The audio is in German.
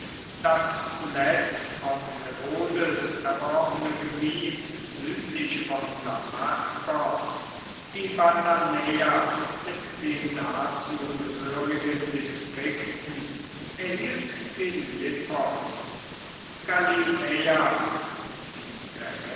das zuletzt von herodes erworbene gebiet südlich von damaskos die batanaea mit den dazu gehörigen distrikten erhielt philippos galiläa und die